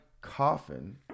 coffin